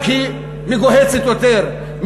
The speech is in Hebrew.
היא רק מגוהצת יותר,